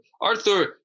Arthur